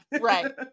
Right